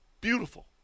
beautiful